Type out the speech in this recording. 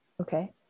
Okay